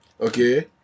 okay